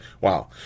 wow